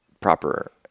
proper